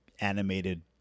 animated